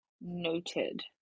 Noted